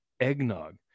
eggnog